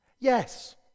Yes